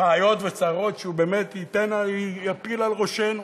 בעיות וצרות שהוא באמת יפיל על ראשנו.